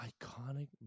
iconic